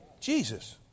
Jesus